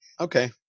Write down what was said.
okay